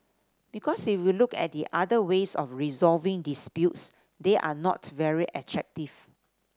because if you look at the other ways of resolving disputes they are not very attractive